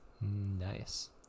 Nice